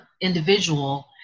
individual